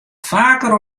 faker